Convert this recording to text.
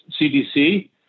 CDC